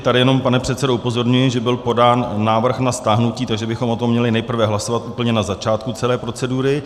Tady jenom, pane předsedo, upozorňuji, že byl podán návrh na stáhnutí, takže bychom o tom měli nejprve hlasovat úplně na začátku celé procedury.